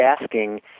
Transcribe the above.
asking